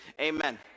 Amen